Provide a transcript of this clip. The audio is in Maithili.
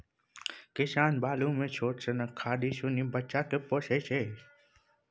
किसान बालु मे छोट सनक खाधि खुनि बच्चा केँ पोसय छै